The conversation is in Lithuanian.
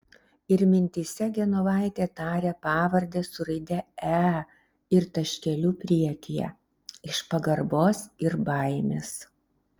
ir mintyse genovaitė taria pavardę su raide e ir taškeliu priekyje iš pagarbos ir baimės